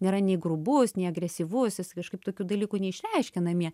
nėra nei grubus nei agresyvusis jis kažkaip tokių dalykų neišreiškia namie